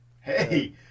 hey